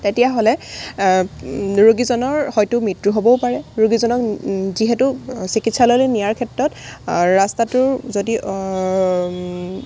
তেতিয়াহ'লে ৰোগীজনৰ হয়টো মৃত্যু হ'বও পাৰে ৰোগীজনক যিহেতু চিকিৎসালয়লৈ নিয়াৰ ক্ষেত্ৰত ৰাস্তাটোৰ যদি